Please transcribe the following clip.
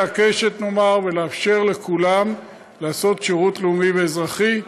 הקשת ולאפשר לכולם לעשות שירות לאומי-אזרחי.